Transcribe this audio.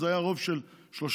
אז היה רוב של שלושה,